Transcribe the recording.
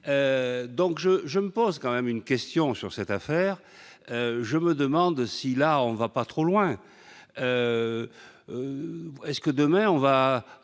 donc je je me pose quand même une question sur cette affaire, je me demande si, là, on va pas trop loin, est-ce que demain on va